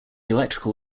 electrical